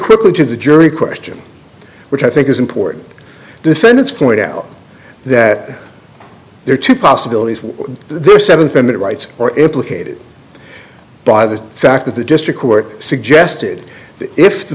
quickly to the jury question which i think is important defendants point out that there are two possibilities there seventh and that rights are implicated by the fact that the district court suggested that if the